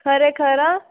ખરેખર હ